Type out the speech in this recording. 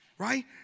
Right